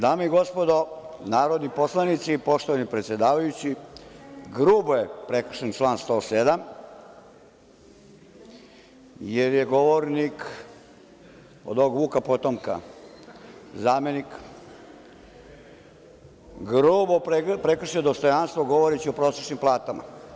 Dame i gospodo narodni poslanici, poštovani predsedavajući, grubo je prekršen član 107. jer je govornik, od Vuka potomka zamenik, grubo prekršio dostojanstvo govoreći o prosečnim platama.